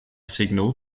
signal